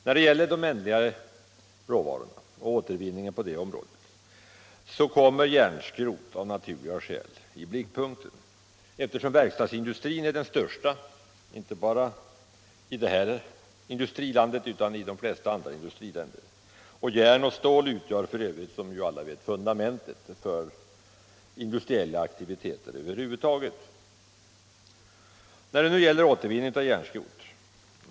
När det gäller de ändliga råvarorna och återvinningen på det området kommer järnskrot av naturliga skäl i blickpunkten, eftersom verkstadsindustrin är den största inte bara i det här industrilandet utan i de flesta industriländer. Järn och stål utgör f. ö., som alla vet, fundamentet för industriella aktiviteter över huvud taget.